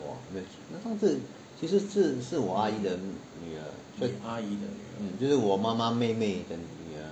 !wah! 上次其实是是我阿姨的女儿就是我妈妈妹妹的女儿